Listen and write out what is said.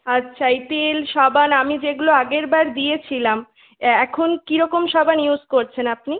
আচ্ছা এই তেল সাবান আমি যেগুলো আগেরবার দিয়েছিলাম এখন কীরকম সাবান ইউস করছেন আপনি